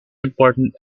important